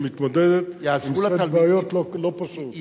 שמתמודדת עם סט בעיות לא פשוט.